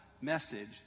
message